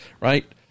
right